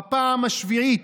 בפעם השביעית,